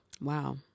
wow